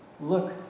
look